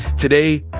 today,